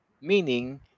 Meaning